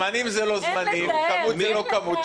זמנים זה לא זמנים, כמות זה לא כמות.